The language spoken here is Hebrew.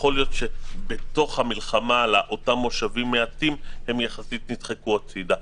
יכול להיות שבתוך המלחמה על אותם מושבים מעטים הם יחסית נדחקו הצידה.